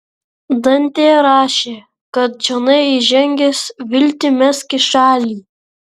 dantė rašė kad čionai įžengęs viltį mesk į šalį